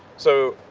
so,